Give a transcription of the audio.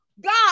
God